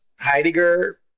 Heidegger